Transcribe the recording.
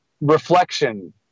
reflection